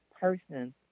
person